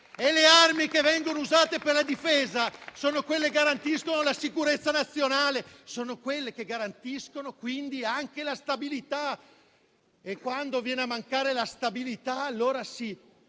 E le armi che vengono usate per la difesa sono quelle che garantiscono la sicurezza nazionale, sono quelle che garantiscono, quindi, anche la stabilità. E quando viene a mancare la stabilità, allora sì,